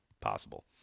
possible